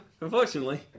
unfortunately